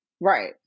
Right